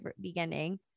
beginning